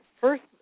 first